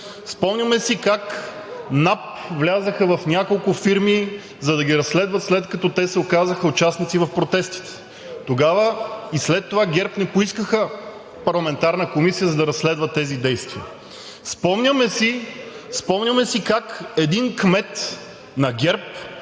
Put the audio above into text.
Спомняме си как НАП влязоха в няколко фирми, за да ги разследват, след като те се оказаха участници в протестите. Тогава, и след това ГЕРБ не поискаха парламентарна комисия, за да разследват тези действия. Спомняме си как един кмет на ГЕРБ